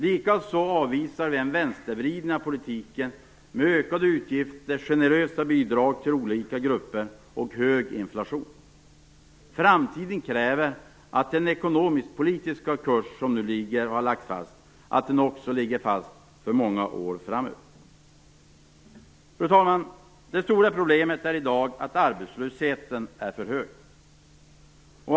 Likaså måste en vänstervridning av politiken med ökade utgifter, generösa bidrag till olika grupper och hög inflation avvisas. Framtiden kräver att den ekonomisk-politiska kursen ligger fast för många år framöver. Fru talman! Det stora problemet i dag är att arbetslösheten är för hög.